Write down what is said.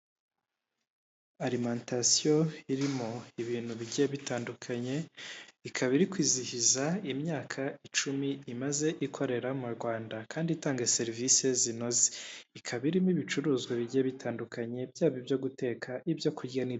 Arimantasiyo irimo ibintu bigiye bitandukanye, ikaba iri kwizihiza imyaka icumi imaze ikorera mu Rwanda, kandi itanga serivisi zinoze, ikaba irimo ibicuruzwa bigiye bitandukanye byaba ibyo guteka ibyo kurya n'bindi.